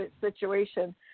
situation